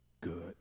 good